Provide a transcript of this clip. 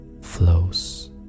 flows